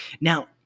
Now